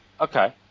Okay